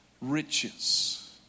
riches